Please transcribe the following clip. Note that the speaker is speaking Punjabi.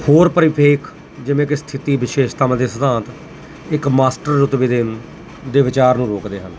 ਹੋਰ ਪਰਿਪੇਖ ਜਿਵੇਂ ਕਿ ਸਥਿਤੀ ਵਿਸ਼ੇਸ਼ਤਾਵਾਂ ਦੇ ਸਿਧਾਂਤ ਇੱਕ ਮਾਸਟਰ ਰੁਤਬੇ ਦੇ ਵਿਚਾਰ ਨੂੰ ਰੋਕਦੇ ਹਨ